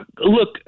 Look